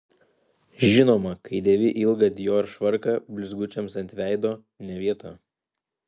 žinoma kai dėvi ilgą dior švarką blizgučiams ant veido ne vieta